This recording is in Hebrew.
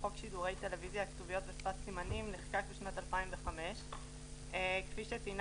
חוק שידורי טלוויזיה כתוביות ושפת סימנים נחקק בשנת 2005. כפי שציינה